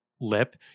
lip